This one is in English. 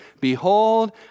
behold